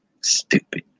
stupid